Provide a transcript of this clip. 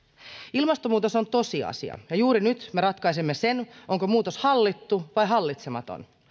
ilmastonmuutos on tosiasia ja juuri nyt me ratkaisemme sen onko muutos hallittu vai hallitsematon